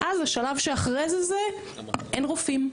ואז השלב שאחרי זה זה אין רופאים.